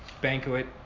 banquet